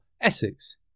Essex